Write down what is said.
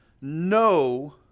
no